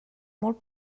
molt